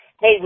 Hey